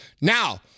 Now